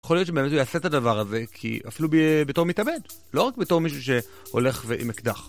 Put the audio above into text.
יכול להיות שבאמת הוא יעשה את הדבר הזה, כי אפילו בתור מתאבד, לא רק בתור מישהו שהולך עם אקדח.